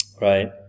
Right